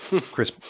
Chris